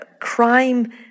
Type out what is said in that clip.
crime